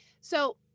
So-